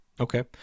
Okay